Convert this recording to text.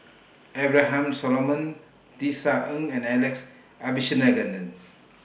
Abraham Solomon Tisa Ng and Alex Abisheganaden